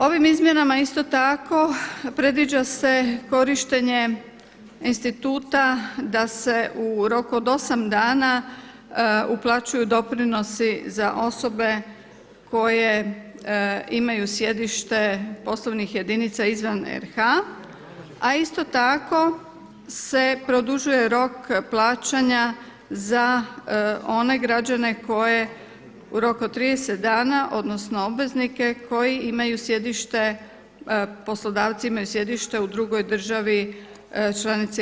Ovim izmjenama isto tako predviđa se korištenje instituta da se u roku od 8 dana uplaćuju doprinosi za osobe koje imaju sjedište poslovnih jedinica izvan RH a isto tako se produžuje rok plaćanja za one građane koje rok od 30 dana odnosno obveznike koji imaju sjedište, poslodavci imaju sjedište u drugoj državi, članici EU.